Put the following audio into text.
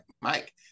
Mike